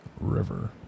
River